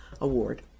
Award